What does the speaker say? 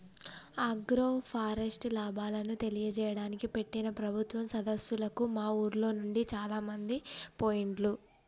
agroforest లాభాలను తెలియజేయడానికి పెట్టిన ప్రభుత్వం సదస్సులకు మా ఉర్లోనుండి చాలామంది పోయిండ్లు